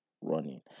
running